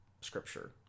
scripture